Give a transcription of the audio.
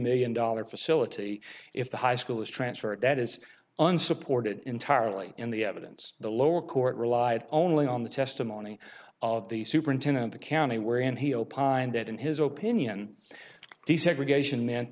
million dollar facility if the high school is transferred that is unsupported entirely in the evidence the lower court relied only on the testimony of the superintendent of the county where and he opined that in his opening and desegregation